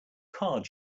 card